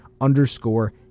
underscore